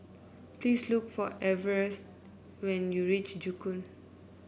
please look for Everet when you reach Joo Koon